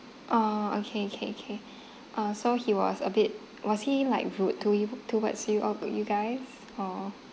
oh okay okay okay uh so he was a bit was he like rude to you towards you all you guys or